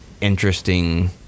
interesting